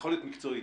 יכולת מקצועית,